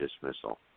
dismissal